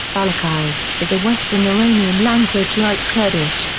balochi, is a western iranian language like kurdish,